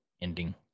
ending